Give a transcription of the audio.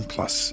Plus